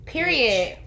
Period